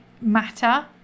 matter